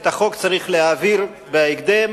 את החוק צריך להעביר בהקדם,